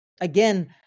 again